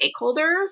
stakeholders